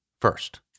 first